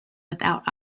without